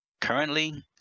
Currently